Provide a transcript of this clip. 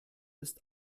ist